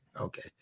Okay